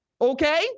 Okay